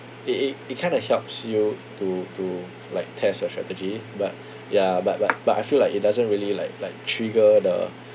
it it it kind of helps you to to like test your strategy but ya but but but I feel like it doesn't really like like trigger the